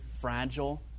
fragile